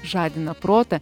žadina protą